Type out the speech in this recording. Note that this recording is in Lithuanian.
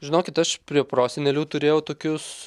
žinokit aš prie prosenelių turėjau tokius